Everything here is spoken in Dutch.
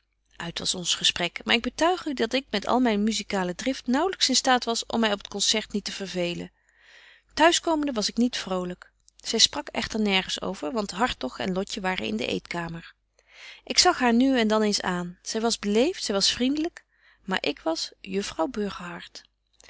uit was ons gesprek maar ik betuig u dat ik met al myn musikale drift naauwlyks in staat was om my op t concert niet te vervelen t huis komende was ik niet vrolyk zy sprak echter nergens over want hartog en betje wolff en aagje deken historie van mejuffrouw sara burgerhart lotje waren in de eetkamer ik zag haar nu en dan eens aan zy was beleeft zy was vriendlyk maar ik was juffrouw